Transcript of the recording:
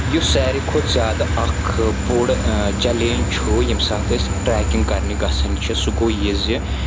یُس ساروٕے کھۄتہٕ زیادٕ اکھ بوٚڈ چلینج چھ ییٚمہِ ساتہٕ أسۍ ٹریکنگ کرنہِ گژھان چھِ سُہ گوٚو یہِ زِ